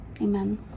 Amen